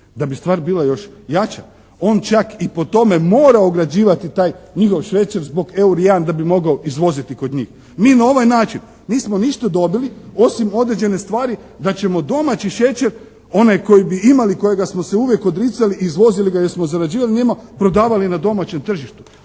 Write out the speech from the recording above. Da bi stvar bila još jača on čak i po tome mora ograđivati taj njihov šećer zbog eur 1 da bi mogao izvoziti kod njih. Mi na ovaj način nismo ništa dobili osim određene stvari da ćemo domaći šećer, onaj koji bi imali i kojega smo se uvijek odricali izvozili ga jer smo zarađivali njima prodavali na domaćem tržištu.